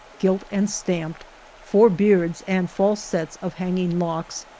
gilt and stamped four beards and false sets of hanging locks,